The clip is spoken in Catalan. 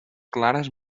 clares